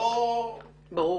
ברור.